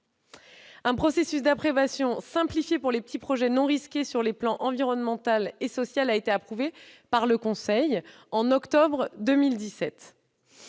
Un processus d'approbation simplifié pour les petits projets non risqués sur les plans environnemental et social a été validé par le conseil au mois d'octobre 2017.